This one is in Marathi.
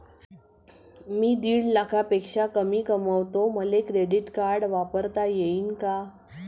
मी दीड लाखापेक्षा कमी कमवतो, मले क्रेडिट कार्ड वापरता येईन का?